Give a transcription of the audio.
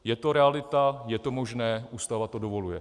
Je to realita, je to možné, Ústava to dovoluje.